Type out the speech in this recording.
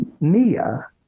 Mia